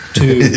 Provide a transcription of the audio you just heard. two